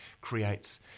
creates